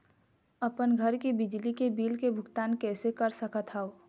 अपन घर के बिजली के बिल के भुगतान कैसे कर सकत हव?